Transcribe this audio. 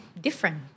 Different